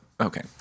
Okay